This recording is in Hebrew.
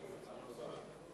תודה רבה.